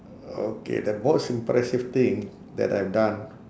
okay the most impressive thing that I've done